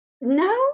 No